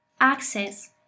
Access